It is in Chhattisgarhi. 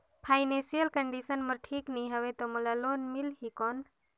फाइनेंशियल कंडिशन मोर ठीक नी हवे तो मोला लोन मिल ही कौन??